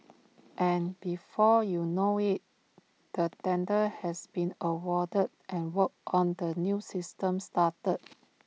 and before you know IT the tender has been awarded and work on the new system started